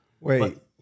Wait